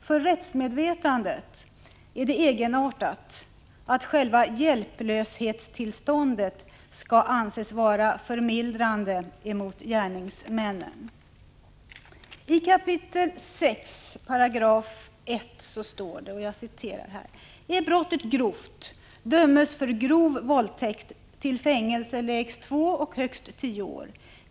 För rättsmedvetandet är det egenartat att själva hjälplöshetstillståndet skall anses vara förmildrande för gärningsmännen. I lagens 6 kap. 1 § stadgas att om brottet är grovt dömes för grov våldtäkt till fängelse, lägst två och högst tio år.